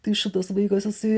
tai šitas vaikas jisai